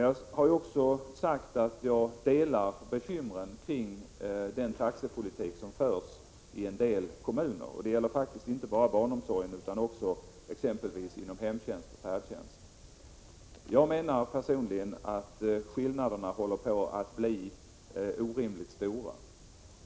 Jag har sagt att jag delar bekymren när det gäller taxepolitiken i en del kommuner. Men det gäller faktiskt inte bara barnomsorgen utan också 39 exempelvis hemtjänsten och färdtjänsten. Personligen menar jag att skillnaderna håller på att bli orimligt stora.